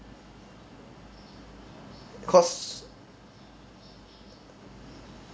cause